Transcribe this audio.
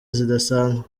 zidasanzwe